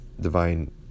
divine